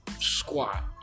squat